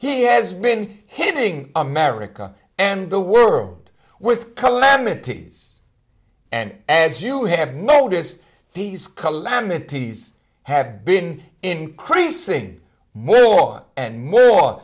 he has been hitting america and the world with calamities and as you have noticed these calamities have been increasing more and more